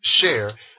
share